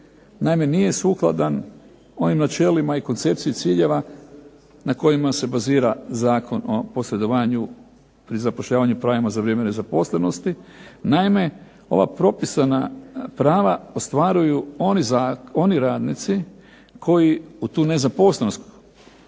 naime nije sukladan onim načelima i koncepciji ciljeva na kojima se bazira Zakon o posredovanju pri zapošljavanju, pravima za vrijeme nezaposlenosti. Naime ova propisana prava ostvaruju oni radnici koji su ušli u tu nezaposlenost,